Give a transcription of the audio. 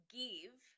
give